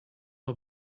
our